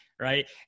Right